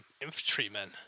infantrymen